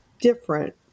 different